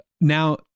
now